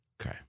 Okay